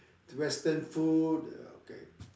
Western food okay